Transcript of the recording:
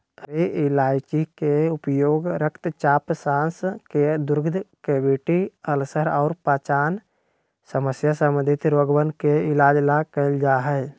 हरी इलायची के उपयोग रक्तचाप, सांस के दुर्गंध, कैविटी, अल्सर और पाचन समस्या संबंधी रोगवन के इलाज ला कइल जा हई